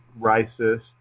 racist